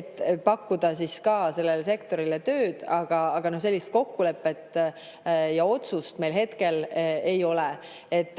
et pakkuda ka sellele sektorile tööd. Aga sellist kokkulepet ja otsust meil hetkel ei ole. Ega